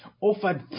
offered